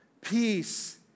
peace